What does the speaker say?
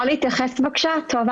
טובה